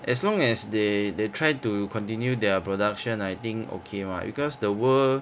as long as they they try to continue their production I think okay mah because the world